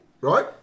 right